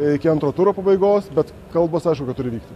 iki antro turo pabaigos bet kalbos aišku kad turi vykti